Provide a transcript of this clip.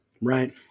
Right